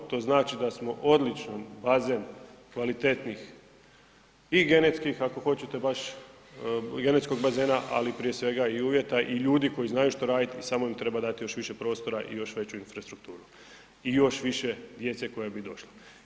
To znači da smo odlični bazen kvalitetnih i genetskih ako hoćete baš, genetskog bazena, ali prije svega i uvjeta i ljudi koji znaju šta raditi i samo im treba dati još više prostora i još veću infrastrukturu i još više djece koja bi došla.